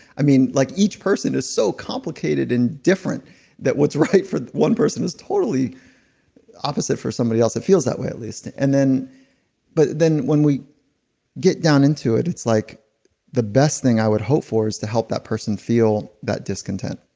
i mean, like each person is so complicated and different that what's right for one person is totally opposite for somebody else. it feels that way at least. and then but then when we get down into it, it's like the best thing i would hope for is to help that person feel that discontent.